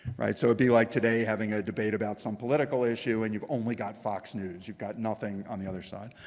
right? so it'd be like today having a debate about some political issue, and you've only got fox news. you've got nothing on the other side.